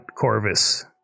Corvus